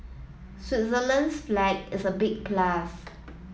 Switzerland's flag is a big plus